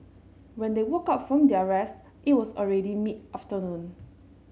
when they woke up from their rest it was already mid afternoon